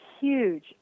huge